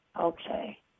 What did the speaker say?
Okay